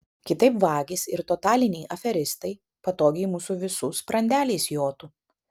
kitaip vagys ir totaliniai aferistai patogiai mūsų visų sprandeliais jotų